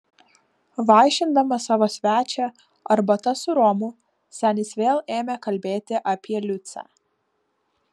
vaišindamas savo svečią arbata su romu senis vėl ėmė kalbėti apie liucę